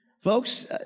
Folks